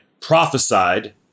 Prophesied